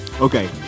Okay